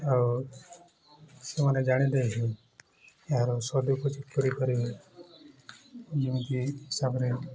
ଆଉ ସେମାନେ ଜାଣିଲେ ଏହାର ସଦ୍ଉପଯୋଗ କରିପାରିବେ ଯେମିତି ହିସାବରେ